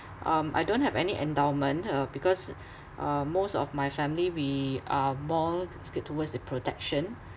um I don't have any endowment uh because uh most of my family we are more scared towards the protection